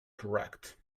correct